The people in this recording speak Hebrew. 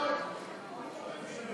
חוק סיוע